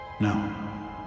No